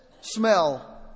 smell